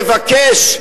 מבקש,